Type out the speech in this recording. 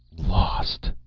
lost!